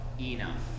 enough